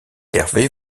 hervé